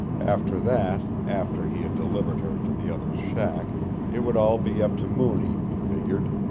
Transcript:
after that after he had delivered her to the other's shack it would all be up to mooney, he figured.